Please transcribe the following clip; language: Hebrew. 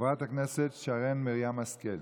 חברת הכנסת שרן מרים השכל.